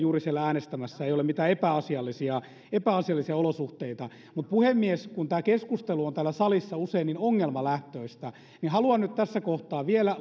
siellä äänestämässä eikä ole mitään epäasiallisia epäasiallisia olosuhteita puhemies kun tämä keskustelu on täällä salissa usein niin ongelmalähtöistä niin haluan nyt tässä kohtaa vielä